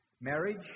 marriage